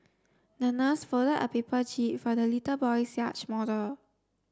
the nurse folded a paper jib for the little boy's yacht model